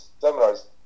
seminars